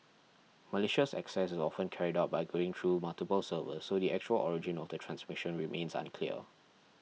malicious access is often carried out by going through multiple servers so the actual origin of the transmission remains unclear